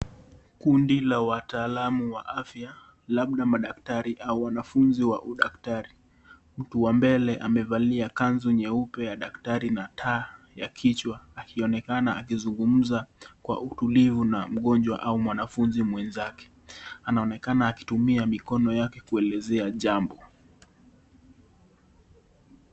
Kundi la wataalam wa afya labda madaktari au wanafunzi wa udaktari, mtu wa mbele amevalia kanzu nyeupe ya udaktari na taa ya kichwa akionekana akizungumza kwa utulivu na mgonjwa au mwanafunzi mwenzake, anaonekana akitumia mikono yake kuelezea jambo.